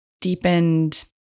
deepened